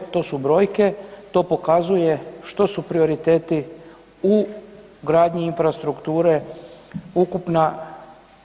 To je, to su brojke, to pokazuje što su prioriteti u gradnji infrastrukture, ukupna